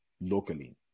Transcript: locally